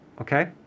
Okay